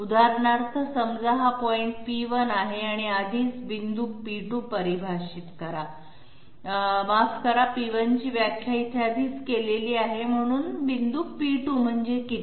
उदाहरणार्थ समजा हा पॉइंट p1 आहे आधीच पॉईंट p2 परिभाषित करा माफ करा p1 ची व्याख्या येथे आधीच केली आहे म्हणून पॉईंट p2 म्हणजे किती